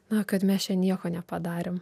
na kad mes čia nieko nepadarėm